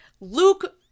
luke